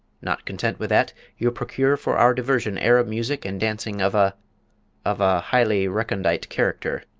not content with that, you procure for our diversion arab music and dancing of a of a highly recondite character.